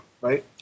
right